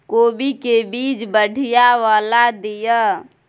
कोबी के बीज बढ़ीया वाला दिय?